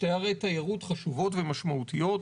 שתי עריי תיירות חשובות ומשמעותיות.